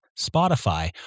Spotify